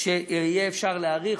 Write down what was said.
שיהיה אפשר להאריך,